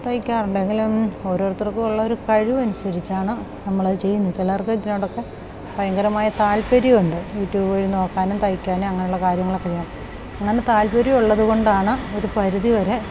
തയ്ക്കാറുണ്ടെങ്കിലും ഓരോരുത്തർക്കും ഉള്ളൊരു കഴിവ് അനുസരിച്ചാണ് നമ്മൾ അത് ചെയ്യുന്നത് ചിലർക്ക് ഇതിനോടൊക്കെ ഭയങ്കരമായ താല്പര്യമുണ്ട് യൂട്യൂബ് വഴി നോക്കാനും തയ്ക്കാനും അങ്ങനുള്ള കാര്യങ്ങൾ ഒക്കെ ചെയ്യാൻ അങ്ങനെ താല്പര്യം ഉള്ളത് കൊണ്ടാണ് ഒരു പരിധി വരെ